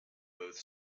both